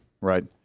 right